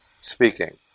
speaking